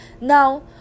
Now